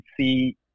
see